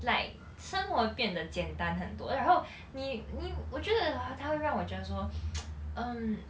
like 生活变得简单很多然后你我觉得他会让我觉得说 um